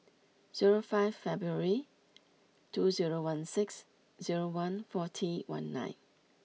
zero five February two zero one six zero one forty one nine